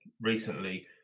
recently